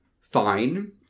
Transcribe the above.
fine